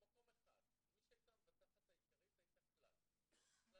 במקום אחד כי מי שהייתה המבטחת העיקרית הייתה כלל -- רגע,